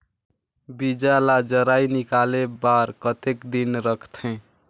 बीजा ला जराई निकाले बार कतेक दिन रखथे?